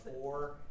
four